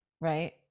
Right